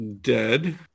dead